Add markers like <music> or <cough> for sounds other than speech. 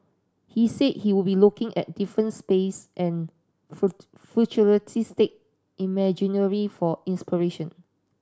he said he would be looking at different space and <unintelligible> futuristic <unintelligible> for inspiration